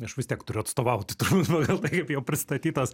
aš vis tiek turiu atstovauti turbūt pagal tai kaip jau pristatytas